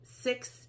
six